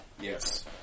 Yes